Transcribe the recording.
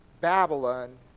Babylon